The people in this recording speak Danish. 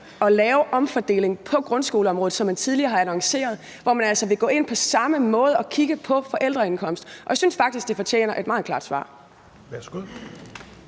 at lave omfordeling på grundskoleområdet, som man tidligere har annonceret, hvor man altså vil gå ind på samme måde og kigge på forældreindkomst. Og jeg synes faktisk, det fortjener et meget klart svar.